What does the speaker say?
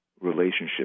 relationship